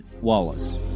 Wallace